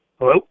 Hello